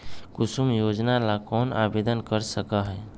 कुसुम योजना ला कौन आवेदन कर सका हई?